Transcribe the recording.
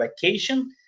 vacation